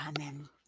Amen